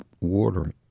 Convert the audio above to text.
water